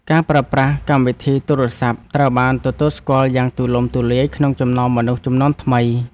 ការប្រើប្រាស់កម្មវិធីទូរសព្ទ ត្រូវបានទទួលស្គាល់យ៉ាងទូលំទូលាយក្នុងចំណោមមនុស្សជំនាន់ថ្មី។